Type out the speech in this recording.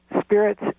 spirits